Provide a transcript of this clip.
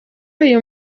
uyu